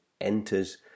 enters